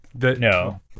No